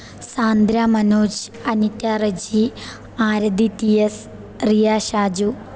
Sandra Manoj Anitta Reji Arathi T S Riya Shaju